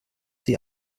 sie